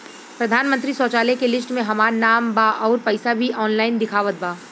प्रधानमंत्री शौचालय के लिस्ट में हमार नाम बा अउर पैसा भी ऑनलाइन दिखावत बा